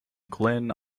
glen